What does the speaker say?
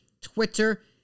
Twitter